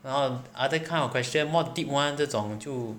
然后 other kind of question more deep [one] 这种就